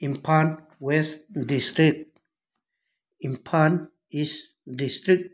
Imphal west district Imphal east district